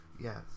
Yes